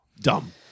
Dumb